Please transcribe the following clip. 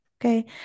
Okay